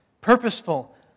purposeful